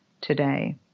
today